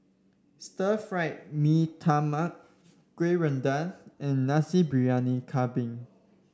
Stir Fried Mee Tai Mak kueh and Nasi Briyani Kambing